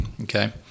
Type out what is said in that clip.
okay